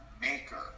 maker